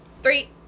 Three